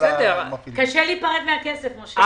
קשה להיפרד מהכסף, משה.